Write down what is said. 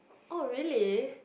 oh really